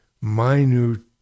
minute